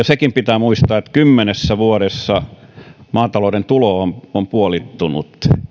sekin pitää muistaa että kymmenessä vuodessa maatalouden tulo on on puolittunut